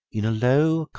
in a low,